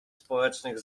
społecznych